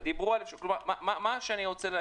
אני מצטרף